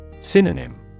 Synonym